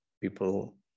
People